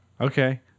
Okay